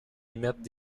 émettent